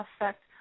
affect